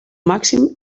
màxim